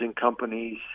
companies